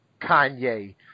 Kanye